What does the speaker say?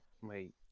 wait